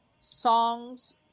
songs